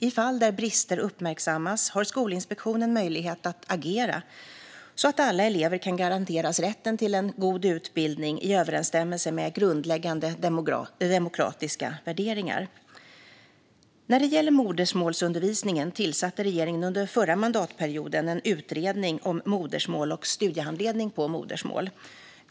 I fall där brister uppmärksammas har Skolinspektionen möjlighet att agera så att alla elever kan garanteras rätten till en god utbildning i överensstämmelse med grundläggande demokratiska värderingar. När det gäller modersmålsundervisningen tillsatte regeringen under den förra mandatperioden en utredning om modersmål och studiehandledning på modersmål.